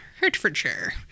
Hertfordshire